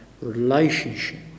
relationship